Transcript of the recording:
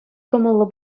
кӑмӑллӑ